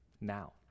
now